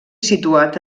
situat